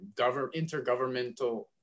intergovernmental